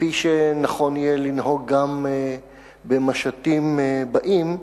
כפי שנכון יהיה לנהוג גם במשטים באים.